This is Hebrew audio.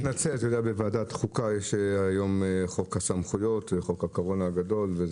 באתי מוועדת החוקה ששם דנים בחוק הסמכויות וחוק הקורונה הגדול.